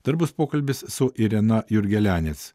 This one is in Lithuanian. dar bus pokalbis su irena jurgelianec